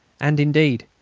and, indeed,